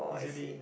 easily